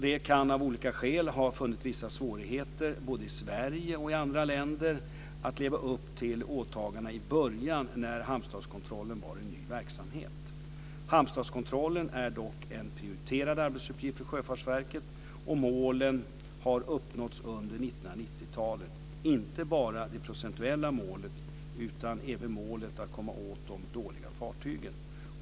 Det kan av olika skäl ha funnits vissa svårigheter, både i Sverige och i andra länder, att leva upp till åtagandena i början när hamnstatskontrollen var en ny verksamhet. Hamnstatskontrollen är dock en prioriterad arbetsuppgift för Sjöfartsverket. Målen har uppnåtts under 1990-talet - inte bara det procentuella målet, utan även målet att komma åt de dåliga fartygen.